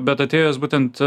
bet atėjus būtent